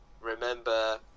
remember